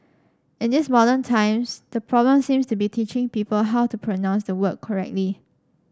in these modern times the problem seems to be teaching people how to pronounce the word correctly